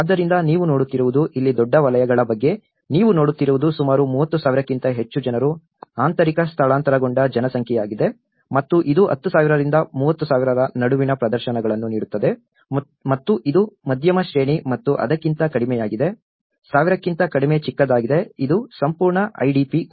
ಆದ್ದರಿಂದ ನೀವು ನೋಡುತ್ತಿರುವುದು ಇಲ್ಲಿ ದೊಡ್ಡ ವಲಯಗಳ ಬಗ್ಗೆ ನೀವು ನೋಡುತ್ತಿರುವುದು ಸುಮಾರು 30000 ಕ್ಕಿಂತ ಹೆಚ್ಚು ಜನರು ಆಂತರಿಕ ಸ್ಥಳಾಂತರಗೊಂಡ ಜನಸಂಖ್ಯೆಯಾಗಿದೆ ಮತ್ತು ಇದು 10000 ರಿಂದ 30000 ರ ನಡುವಿನ ಪ್ರದರ್ಶನಗಳನ್ನು ನೀಡುತ್ತದೆ ಮತ್ತು ಇದು ಮಧ್ಯಮ ಶ್ರೇಣಿ ಮತ್ತು ಅದಕ್ಕಿಂತ ಕಡಿಮೆಯಾಗಿದೆ 1000 ಕ್ಕಿಂತ ಕಡಿಮೆ ಚಿಕ್ಕದಾಗಿದೆ ಇದು ಸಂಪೂರ್ಣ IDP ಗಳು